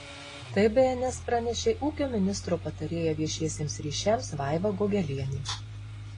tai bns pranešė ūkio ministro patarėja viešiesiems ryšiams vaiva gogelienė